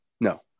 No